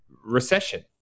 recession